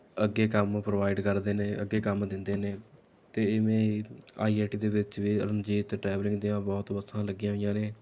ਅੱਗੇ ਕੰਮ ਪ੍ਰੋਵਾਈਡ ਕਰਦੇ ਨੇ ਅੱਗੇ ਕੰਮ ਦਿੰਦੇ ਨੇ ਅਤੇ ਇਵੇਂ ਹੀ ਆਈ ਆਈ ਟੀ ਦੇ ਵਿੱਚ ਵੀ ਅਰੁਣਜੀਤ ਟਰੈਵਲਿੰਗ ਦੀਆਂ ਬਹੁਤ ਬੱਸਾਂ ਲੱਗੀਆਂ ਹੋਈਆਂ ਨੇ